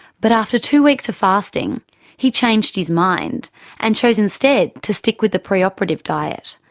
but after two weeks of fasting he changed his mind and chose instead to stick with the pre-operative diet.